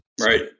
Right